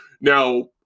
Now